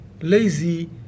lazy